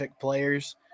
players